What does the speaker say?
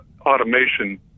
automation